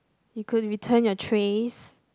you could return your trays